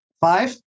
five